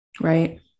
Right